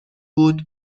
بود